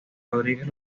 rodríguez